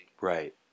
right